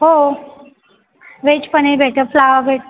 हो वेज पण आहे बेटं फ्लॉवर बेट